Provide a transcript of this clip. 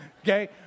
Okay